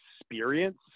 experience